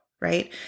right